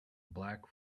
black